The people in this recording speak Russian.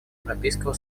европейского